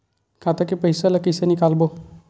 खाता ले पईसा कइसे निकालबो?